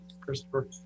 Christopher